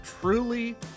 truly